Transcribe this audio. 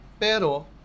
Pero